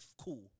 Cool